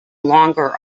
longer